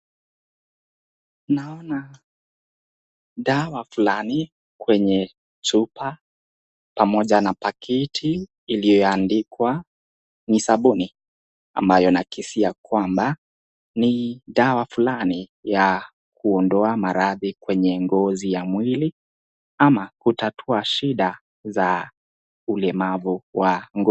Naona dawa fulani kwenye chupa pamoja na pakiti iliyoandikwa ni sabuni ambayo naakisi ya kwamba ni dawa fulani ya kuondoa maradhi kwenye ngozi ya mwili ama kutatua shida za ulemavu wa ngo,,,,,